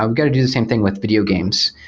i'm going to do the same thing with videogames.